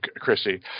Chrissy